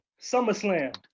SummerSlam